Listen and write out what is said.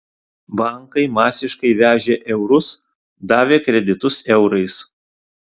bankai masiškai vežė eurus davė kreditus eurais